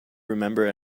remember